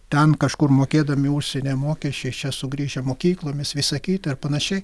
ten kažkur mokėdami užsienyje mokesčiais čia sugriežę mokyklomis visa kita ir panašiai